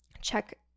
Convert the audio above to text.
check